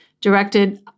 directed